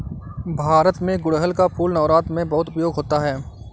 भारत में गुड़हल का फूल नवरात्र में बहुत उपयोग होता है